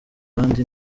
bandi